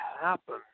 happen